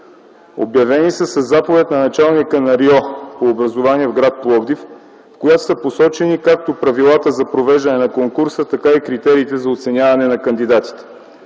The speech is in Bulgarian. Обявени са със заповед на началника на РИО по образование в град Пловдив, в която са посочени както правилата за провеждане на конкурса, така и критериите за оценяване на кандидатите.